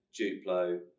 Duplo